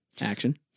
Action